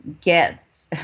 get